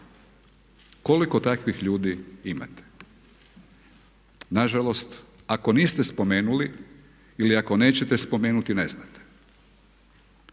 Koliko takvih ljudi imate? Na žalost ako niste spomenuli ili ako nećete spomenuti ne znate.